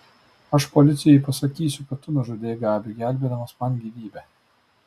aš policijai pasakysiu kad tu nužudei gabį gelbėdamas man gyvybę